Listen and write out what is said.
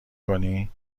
کنی